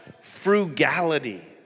frugality